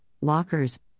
lockers